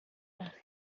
nach